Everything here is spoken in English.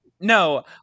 No